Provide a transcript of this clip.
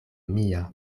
mia